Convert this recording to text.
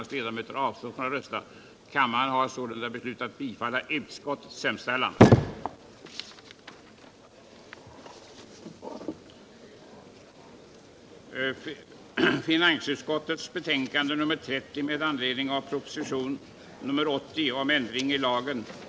Jag skall inte här gå in på att försöka beskriva hela floran av stöd och bidragsmöjligheter som nu är introducerade och jag skall inte räkna upp alla de myndigheter som sköter hanteringen av stödet. Men det lär finnas ett hundratal sådana bidragsformer.